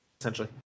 essentially